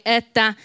että